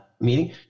meeting